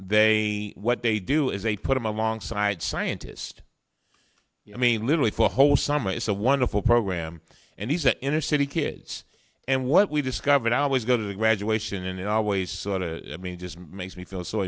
they what they do is a put them alongside scientist i mean literally for a whole summer it's a wonderful program and he's an inner city kids and what we discovered i always go to the graduation and it always sort of me just makes me feel so